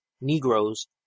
negroes